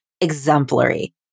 exemplary